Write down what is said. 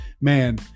man